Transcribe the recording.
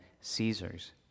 Caesar's